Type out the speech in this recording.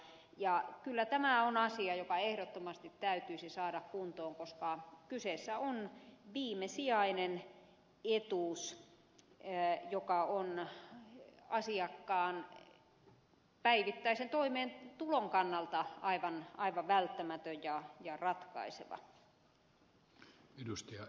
kyllä tämä on asia joka ehdottomasti täytyisi saada kuntoon koska kyseessä on viimesijainen etuus joka on asiakkaan päivittäisen toimeentulon kannalta aivan välttämätön ja ratkaiseva